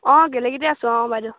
অঁ গেলেকীতে আছো অঁ বাইদেউ